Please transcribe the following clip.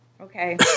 Okay